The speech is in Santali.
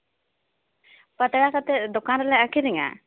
ᱯᱟᱛᱲᱟ ᱠᱟᱛᱮ ᱫᱚᱠᱟᱱ ᱨᱮᱞᱮ ᱟᱹᱠᱷᱨᱤᱧᱟ